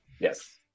Yes